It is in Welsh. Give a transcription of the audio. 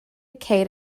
ceir